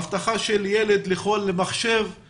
של מחשב לכל ילד,